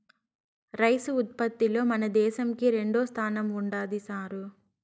rice ఉత్పత్తిలో మన దేశంకి రెండోస్థానం ఉండాది సారూ